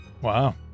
Wow